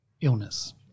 illness